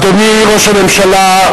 אדוני ראש הממשלה,